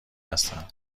هستم